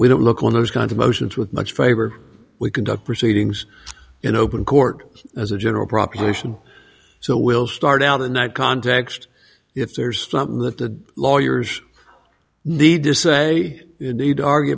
we don't look on those kinds of motions with much favor we conduct proceedings in open court as a general proposition so we'll start out in that context if there's something that the lawyers need to say indeed argue